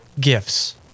gifts